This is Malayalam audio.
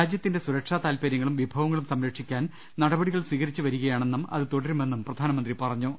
രാജ്യത്തിന്റെ സുരക്ഷാ താൽപര്യങ്ങളും വിഭവങ്ങളും സംരക്ഷിക്കാൻ നടപടികൾ സ്വീകരിച്ച് വരുക യാണെന്നും അത് തുടരുമെന്നും പ്രധാനമന്ത്രി പറഞ്ഞു